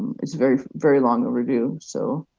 it's very very long overdue. so